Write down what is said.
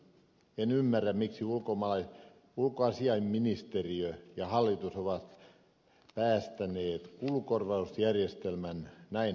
en ymmärrä miksi ulkoasiainministeriö ja hallitus ovat päästäneet kulukorvausjärjestelmän näin